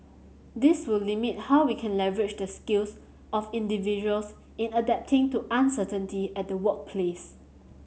this will limit how we can leverage the skills of individuals in adapting to uncertainty at the workplace